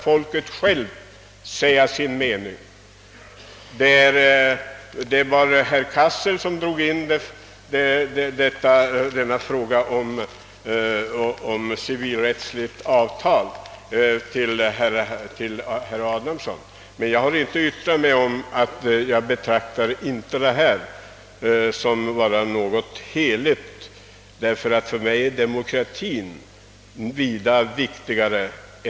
Jag har den uppfattningen, att folket självt bör få säga sin mening om vem som skall vara statsöverhuvud. Jag betraktar inte successionsordningen som något heligt — för mig är demokratien vida viktigare.